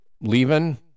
Leaving